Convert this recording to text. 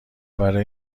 برای